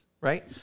right